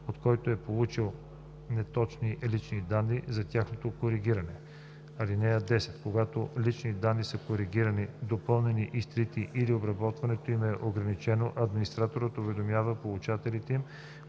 от който е получил неточните лични данни, за тяхното коригиране. (10) Когато лични данни са коригирани, допълнени, изтрити, или обработването им е ограничено, администраторът уведомява получателите им,